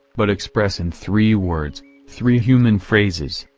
but express in three words, three human phrases,